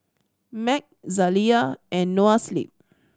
MAG Zalia and Noa Sleep